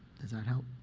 does that help?